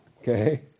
okay